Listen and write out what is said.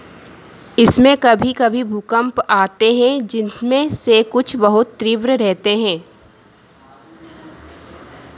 इसमें कभी कभी भूकंप आते हैं जिसमें से कुछ बहुत तीव्र रहते हें